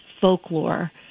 folklore